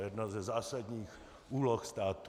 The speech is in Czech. To je jedna ze zásadních úloh státu.